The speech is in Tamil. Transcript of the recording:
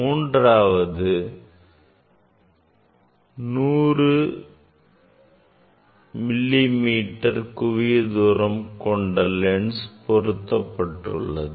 மூன்றாவதாக 100 மில்லி மீட்டர் குவிய தூரம் கொண்ட குவி லென்ஸ் பொருத்தப்பட்டுள்ளது